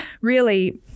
really-